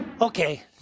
Okay